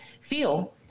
feel